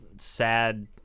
sad